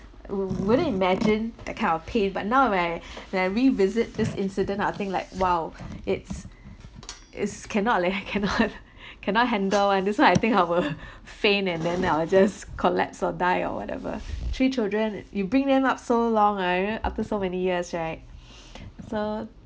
wouldn't imagine that kind of pain but now when when revisit this incident I'll think like !wow! it's it's cannot leh cannot cannot handle [one] that's why I think I will faint and then I will just collapse or die or whatever three children you bring them up so long ah and then after so many years right so